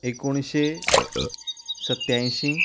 एकुणशे सत्यांयशीं